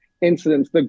incidents